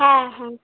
হ্যাঁ হ্যাঁ